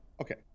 Okay